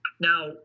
now